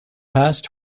past